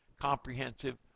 comprehensive